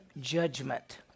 judgment